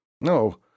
No